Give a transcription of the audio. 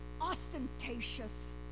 ostentatious